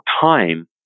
time